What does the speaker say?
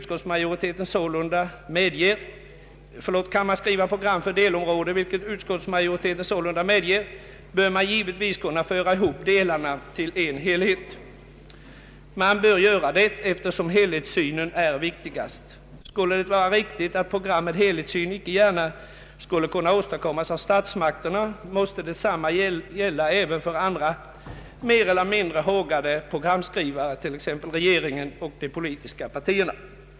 Kan man skriva program för delområden, vilket utskottsmajoriteten sålunda medger, bör man givetvis kunna föra ihop delarna till en helhet. Man bör göra det, eftersom helhetssynen är viktigast. Skulle det vara riktigt att program med helhetssyn icke gärna kan åstadkommas av statsmakterna, måste detsamma gälla även för andra mer eller mindre hågade programskrivare, t.ex. regeringen och politiska partierna.